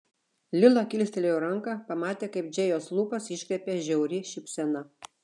lila kilstelėjo ranką pamatė kaip džėjos lūpas iškreipia žiauri šypsena